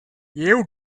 you